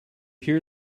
hear